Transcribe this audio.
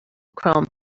chrome